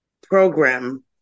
program